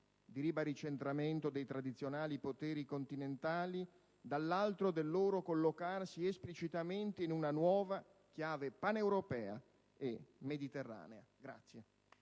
di "ribaricentramento" dei tradizionali poteri continentali, dall'altro, del loro collocarsi esplicitamente in una nuova chiave paneuropea e mediterranea.